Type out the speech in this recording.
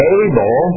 able